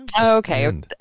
Okay